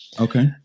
Okay